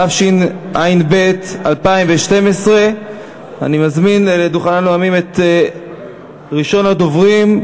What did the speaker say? התשע"ב 2012. אני מזמין לדוכן הנואמים את ראשון הדוברים,